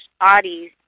bodies